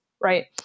right